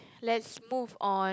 let's move on